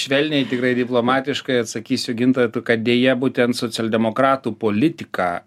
švelniai tikrai diplomatiškai atsakysiu gintaitu kad deja būtent socialdemokratų politika